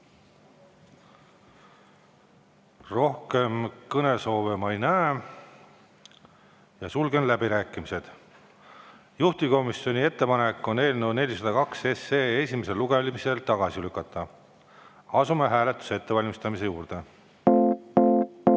Rohkem kõnesoove ma ei näe. Sulgen läbirääkimised. Juhtivkomisjoni ettepanek on eelnõu 402 esimesel lugemisel tagasi lükata. Asume hääletuse ettevalmistamise juurde.